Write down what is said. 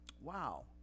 Wow